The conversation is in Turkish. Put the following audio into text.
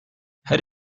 her